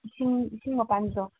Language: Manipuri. ꯏꯁꯤꯡ ꯃꯄꯥꯟꯒꯤꯗꯣ